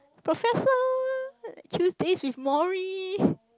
professor Tuesdays-with-Morrie